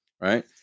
right